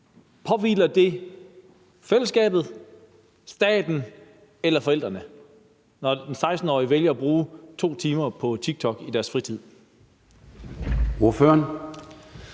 for det fællesskabet, staten eller forældrene, når den 16-årige vælger at bruge 2 timer på TikTok i sin fritid?